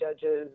judges